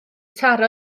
taro